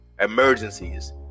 emergencies